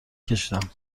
کشیدم